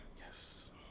yes